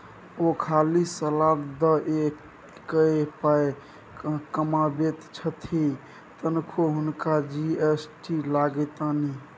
ओ खाली सलाह द कए पाय कमाबैत छथि तखनो हुनका जी.एस.टी लागतनि